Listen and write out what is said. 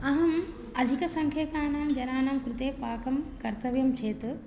अहम् अधिकङ्ख्यकानां जनानां कृते पाकं कर्तव्यं चेत्